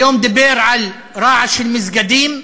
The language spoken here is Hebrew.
היום דיבר על רעש של מסגדים,